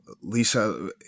Lisa